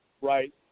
right